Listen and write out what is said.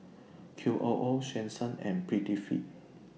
Q O O Swensens and Prettyfit